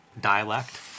dialect